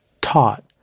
taught